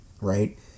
right